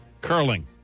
Curling